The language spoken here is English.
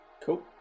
Cool